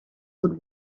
would